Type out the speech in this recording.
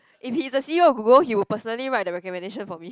if he's the C_E_O of Google he would personally write the recommendation for me